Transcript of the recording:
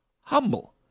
humble